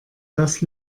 das